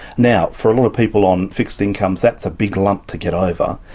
now, for a lot of people on fixed incomes that's a big lump to get over,